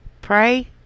Pray